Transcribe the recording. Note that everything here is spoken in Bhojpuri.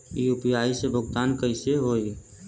यू.पी.आई से भुगतान कइसे होहीं?